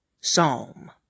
Psalm